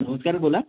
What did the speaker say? नमस्कार बोला